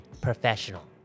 professional